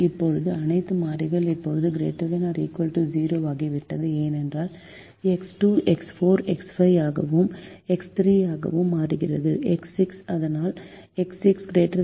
இப்போது அனைத்து மாறிகள் இப்போது ≥ 0 ஆகிவிட்டன ஏனென்றால் எக்ஸ் 2 எக்ஸ் 4 எக்ஸ் 5 ஆகவும் எக்ஸ் 3 ஆகவும் மாறியது எக்ஸ் 6 அதனால் எக்ஸ் 6 ≥ 0